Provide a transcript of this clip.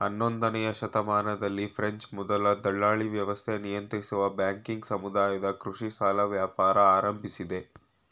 ಹನ್ನೊಂದನೇಯ ಶತಮಾನದಲ್ಲಿ ಫ್ರೆಂಚ್ ಮೊದಲ ದಲ್ಲಾಳಿವ್ಯವಸ್ಥೆ ನಿಯಂತ್ರಿಸುವ ಬ್ಯಾಂಕಿಂಗ್ ಸಮುದಾಯದ ಕೃಷಿ ಸಾಲ ವ್ಯಾಪಾರ ಆರಂಭಿಸಿದೆ